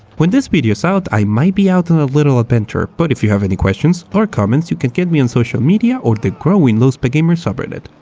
when this video is out i might be out on a little adventure but if you any questions or comment you can get me on social media or the growing lowspecgamer subreddit.